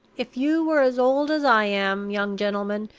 if you were as old as i am, young gentleman,